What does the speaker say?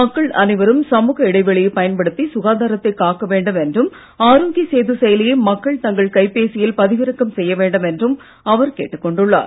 மக்கள் அனைவரும் சமூக இடைவெளியை பயன்படுத்தி சுகாதாரத்தை காக்க வேண்டும் என்றும் ஆரோக்கிய சேது செயலியை மக்கள் தங்கள் கைபேசியில் பதிவிறக்கம் செய்யவேண்டும் என்றும் அவர் கேட்டுக் கொண்டுள்ளார்